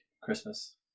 Christmas